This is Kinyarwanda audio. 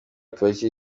pariki